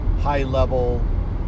high-level